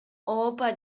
ооба